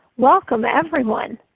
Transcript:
welcome everyone.